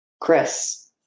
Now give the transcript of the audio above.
Chris